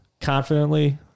confidently